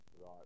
right